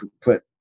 put